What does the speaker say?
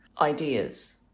ideas